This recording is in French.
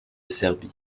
serbie